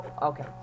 okay